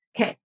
Okay